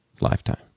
lifetime